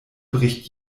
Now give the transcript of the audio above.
bricht